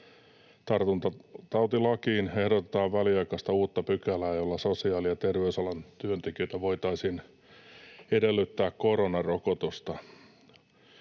tartuntatautilakiin ehdotetaan väliaikaista uutta pykälää, jolla sosiaali- ja terveysalan työntekijöiltä voitaisiin edellyttää koronarokotusta.